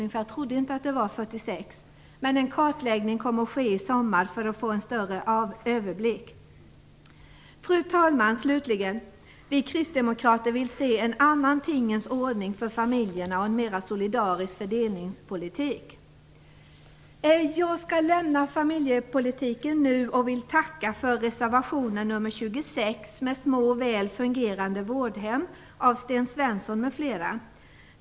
Jag trodde nämligen inte att det fanns 46 sådana. Det kommer att göras en kartläggning i sommar för att man skall få en större överblick. Fru talman! Till sist vill jag säga att vi kristdemokrater vill se en annan tingens ordning för familjerna och en mer solidarisk fördelningspolitik. Jag skall lämna familjepolitiken och tacka för reservation nr 26 om små väl fungerande vårdhem av Sten Svensson m.fl.